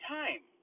time